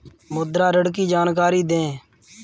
मुद्रा ऋण की जानकारी दें?